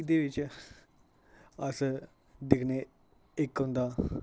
ते एह्दे च अस दिक्खने इक्क होंदा